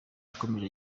yakomeje